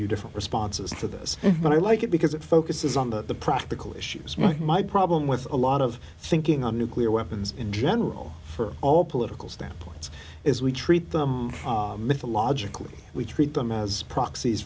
you different responses to this but i like it because it focuses on the practical issues my problem with a lot of thinking on nuclear weapons in general for all political standpoint is we treat them mythologically we treat them as prox